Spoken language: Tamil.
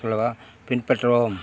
சொல்லவா பின்பற்றவும்